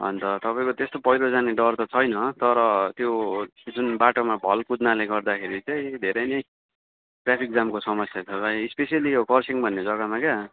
अन्त तपाईँको त्यस्तो पहिरो जाने डर त छैन तर त्यो जुन बाटोमा भल कुद्नाले गर्दाखेरि चाहिँ धेरै नै ट्राफिक जामको समस्या छ भाइ स्पेसली यो खरसाङ भन्ने जग्गामा क्या